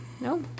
No